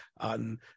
on